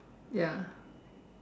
ya